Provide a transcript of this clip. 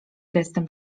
gestem